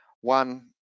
one